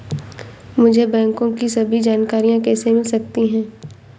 मुझे बैंकों की सभी जानकारियाँ कैसे मिल सकती हैं?